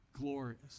glorious